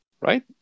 right